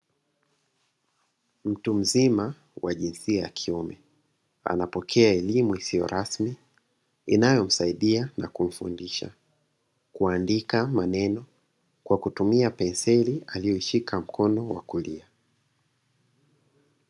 Mtu mzima wa jinsia ya kiume, anapokea elimu isiyo rasmi, inayo msaidia na kumfundisha kuandika maneno, kwa kutumia penseli aliyo ishika mkono wa kulia.